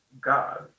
God